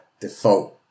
default